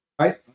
right